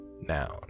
Noun